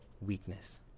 weakness